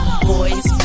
boys